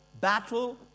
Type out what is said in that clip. battle